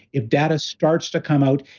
if data starts to come out,